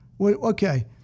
okay